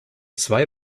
zwei